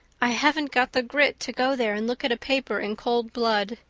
i haven't got the grit to go there and look at a paper in cold blood,